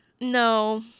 no